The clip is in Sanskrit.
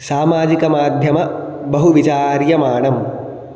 सामाजिकमाध्यमबहुविचार्यमाणम्